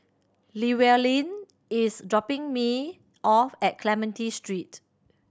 Llewellyn is dropping me off at Clementi Street